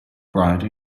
bride